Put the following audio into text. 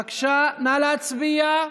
בבקשה, נא להצביע.